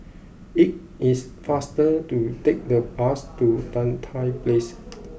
it is faster to take the bus to Tan Tye Place